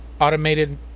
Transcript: Automated